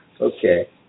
Okay